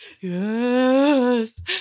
Yes